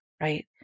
right